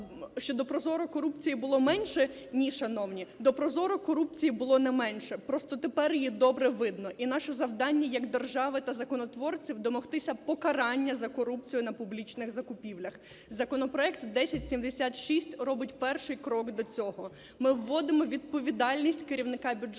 що до ProZorro корупції було менше, ні, шановні. До ProZorro корупції було не менше. Просто тепер її добре видно. І наше завдання як держави та законотворців – домогтися покарання за корупцію на публічних закупівлях. Законопроект 1076 робить перший крок до цього. Ми вводимо відповідальність керівника бюджетної